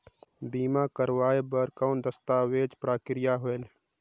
बीमा करवाय बार कौन दस्तावेज प्रक्रिया होएल?